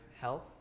health